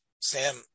Sam